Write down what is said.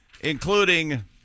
including